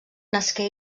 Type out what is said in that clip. nasqué